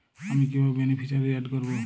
আমি কিভাবে beneficiary add করব?